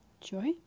Joy